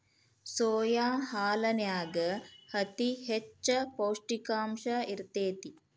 soya ಹಾಲನ್ಯಾಗ ಅತಿ ಹೆಚ್ಚ ಪೌಷ್ಟಿಕಾಂಶ ಇರ್ತೇತಿ